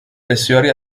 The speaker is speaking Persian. بسیاری